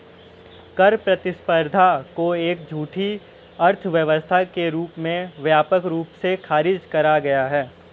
कर प्रतिस्पर्धा को एक झूठी अर्थव्यवस्था के रूप में व्यापक रूप से खारिज करा गया है